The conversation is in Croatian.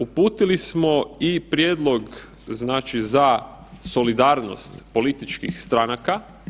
Uputili smo i prijedlog znači za solidarnost političkih stranaka.